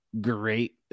great